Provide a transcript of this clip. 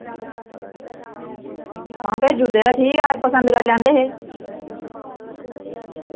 हां भेजु दे ते ठीक ऐ अस पसंद कर लैंदे हे